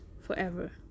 forever